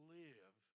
live